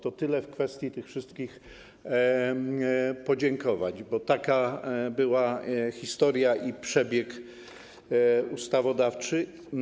To tyle w kwestii tych wszystkich podziękowań, bo taka była historia i przebieg procesu ustawodawczego.